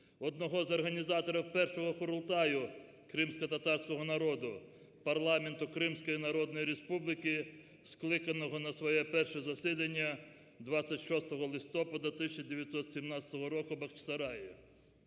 одного з організаторів першого Курултаю кримськотатарського народу – парламенту Кримської Народної Республіки, скликаного на своє перше засідання 26 листопада 1917 року в Бахчисараї.